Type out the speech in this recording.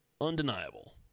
undeniable